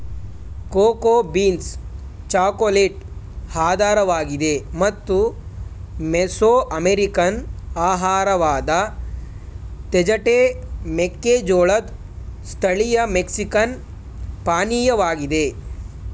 cocoa beans chocolate ಆಧಾರವಾಗಿದೆ ಮತ್ತು Mesoamerican ಆಹಾರವಾದ ತೇಜಟೆ ಮೆಕ್ಕೆಜೋಳದ್ ಸ್ಥಳೀಯ ಮೆಕ್ಸಿಕನ್ ಪಾನೀಯವಾಗಿದೆ